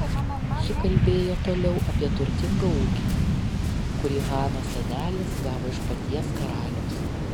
ji kalbėjo toliau apie turtingą ūkį kurį hanos senelis gavo iš paties karaliaus